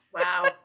Wow